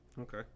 okay